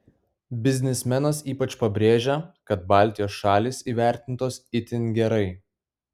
biznismenas ypač pabrėžia kad baltijos šalys įvertintos itin gerai